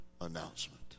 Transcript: announcement